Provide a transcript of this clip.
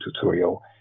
tutorial